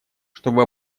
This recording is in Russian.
чтобы